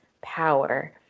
power